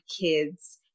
kids